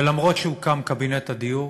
ולמרות שהוקם קבינט הדיור